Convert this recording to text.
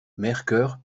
mercœur